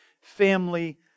family